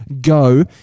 go